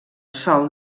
sol